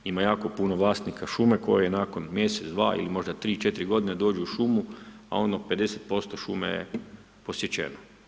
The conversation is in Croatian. Ima jako puno vlasnika šume koji nakon mjesec, dva ili možda tri, četiri godine dođu u šumu a ono 50% šume je posjećeno.